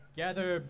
gather